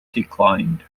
declined